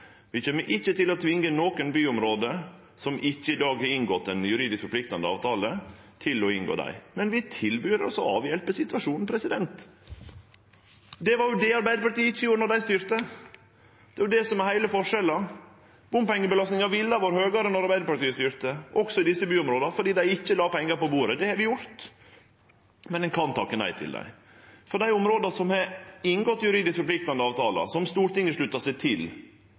Vi kjem ikkje til å tvinge noko byområde som ikkje i dag har inngått ein juridisk forpliktande avtale, til å inngå dei. Men vi tilbyr oss å avhjelpe situasjonen. Det var det Arbeidarpartiet ikkje gjorde då dei styrte. Det er jo det som er heile forskjellen. Bompengebelastninga ville ha vore høgare då Arbeidarpartiet styrte – også i desse byområda – fordi dei ikkje la pengar på bordet. Det har vi gjort, men ein kan takke nei til dei. For dei områda som har inngått juridisk forpliktande avtalar, som Stortinget har behandla og slutta seg til,